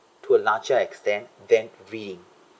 to a larger extent then we